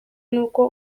n’uko